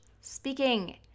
speaking